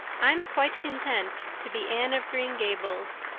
i'm quite content to be anne of green gables,